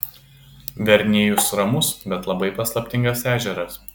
verniejus ramus bet labai paslaptingas ežeras